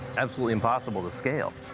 absolutely impossible to scale.